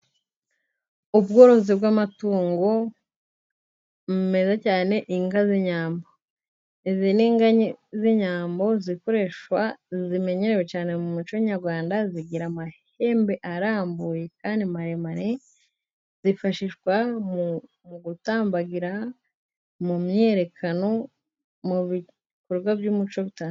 Ubworozi bw'amatungo meza cyane, inka z'inyambo, izi ni inka z'inyambo zimenyerewe cyane mu muco nyarwanda, zigira amahembe arambuye kandi maremare, zifashishwa mu gutambagira mu myiyerekano mu bikorwa by'umuco.